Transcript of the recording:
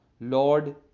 Lord